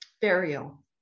burial